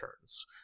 turns